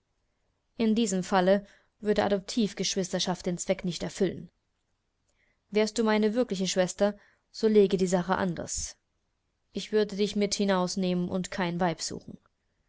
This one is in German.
in diesem falle würde adoptivgeschwisterschaft den zweck nicht erfüllen wärst du meine wirkliche schwester so läge die sache anders ich würde dich mit hinausnehmen und kein weib suchen